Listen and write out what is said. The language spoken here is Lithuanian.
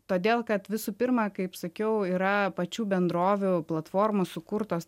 todėl kad visų pirma kaip sakiau yra pačių bendrovių platformų sukurtos